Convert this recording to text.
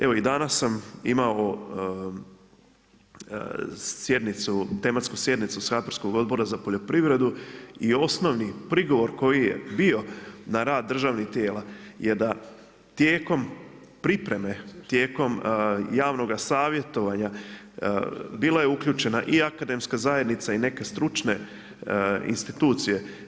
Evo i danas sam imao sjednicu, tematsku sjednicu saborskog Odbora za poljoprivredu i osnovni prigovor koji je bio na rad državnih tijela je da tijekom pripreme tijekom javnoga savjetovanja bila je uključena i akademska zajednica i neke stručne institucije.